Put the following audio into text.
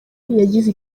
yagize